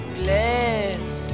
glass